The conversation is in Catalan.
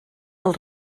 del